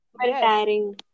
tiring